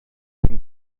ben